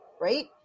right